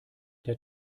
der